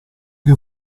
che